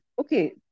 okay